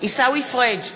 עיסאווי פריג'